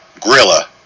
Gorilla